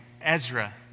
Ezra